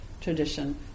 tradition